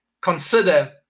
Consider